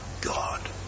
God